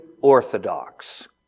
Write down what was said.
orthodox